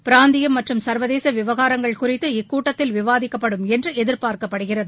பிராந்தியம் மற்றும் சர்வதேச விவகாரங்கள் குறித்து இக்கூட்டத்தில் விவாதிக்கப்படும் என்று எதிர்பார்க்கப்படுகிறது